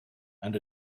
and